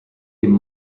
dem